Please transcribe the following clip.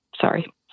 sorry